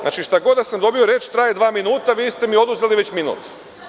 Znači, šta god da sam dobio reč traje dva minuta, vi ste mi oduzeli već minut.